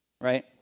Right